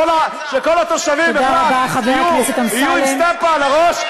שכל התושבים בכלל יהיו עם סטמפה על הראש,